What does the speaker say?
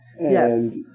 Yes